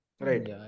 Right